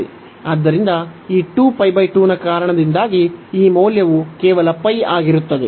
ಆದ್ದರಿಂದ ಈ ನ ಕಾರಣದಿಂದಾಗಿ ಈ ಮೌಲ್ಯವು ಕೇವಲ ಆಗಿರುತ್ತದೆ